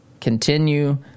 continue